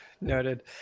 noted